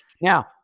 Now